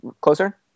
closer